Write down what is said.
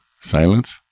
silence